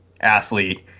athlete